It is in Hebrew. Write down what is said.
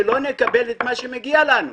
כולנו לא נקבל את מה שמגיע לנו.